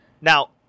Now